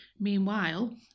Meanwhile